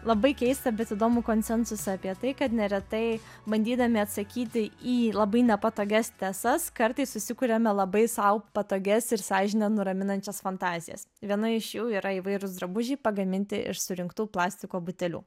labai keistą bet įdomų konsensusą apie tai kad neretai bandydami atsakyti į labai nepatogias tiesas kartais susikuriame labai sau patogias ir sąžinę nuraminančias fantazijas viena iš jų yra įvairūs drabužiai pagaminti iš surinktų plastiko butelių